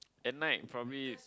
at night probably